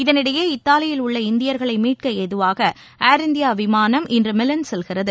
இதனிடையே இத்தாலியில் உள்ள இந்தியர்களைமீட்கஏதுவாக ஏர் இந்தியாவிமானம் இன்றுமிலன் செல்கிறது